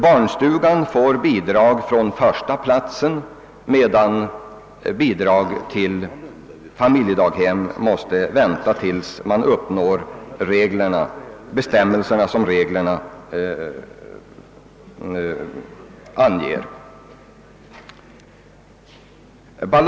Barnstugan får bidrag från och med den först inrättade platsen, medan bidrag till familjedaghem inte utgår förrän man uppnått det antal barnstugeplatser som anges i bestämmelserna.